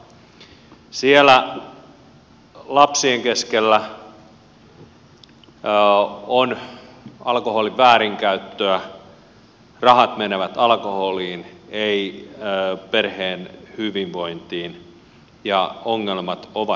siellä lapsien keskellä on alkoholin väärinkäyttöä rahat menevät alkoholiin eivät perheen hyvinvointiin ja ongelmat ovat todelliset